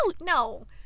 No